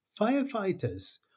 firefighters